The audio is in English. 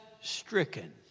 stricken